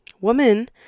woman